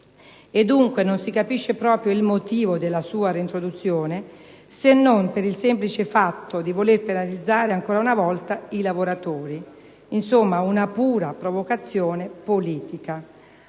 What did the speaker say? dunque, non si capisce il motivo della sua reintroduzione, se non per il semplice fatto di voler penalizzare ancora un volta i lavoratori. Insomma, una pura provocazione politica.